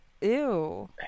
Ew